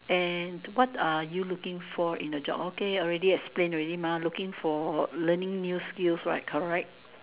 and what are you looking for in a job okay already explain already mah looking for learning new skills right correct